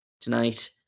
tonight